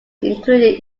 included